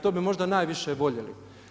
To bi možda najviše voljeli.